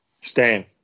Stan